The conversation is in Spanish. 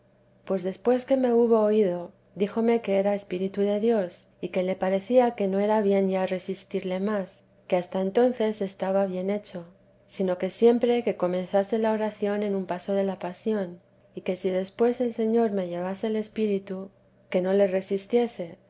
pues después que me hubo oído díjome que era espíritu de dios y que le parecía que no era bien ya resistirle más que hasta entonces estaba bien hecho sino que siempre que comenzase la oración en un paso de la pasión y que si después el señor me llevase el espíritu que tebesa de jes no le resistiese